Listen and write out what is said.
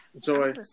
Joy